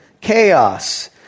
chaos